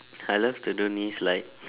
I love to do knee slide